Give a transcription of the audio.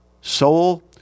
soul